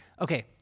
okay